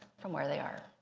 from where they are.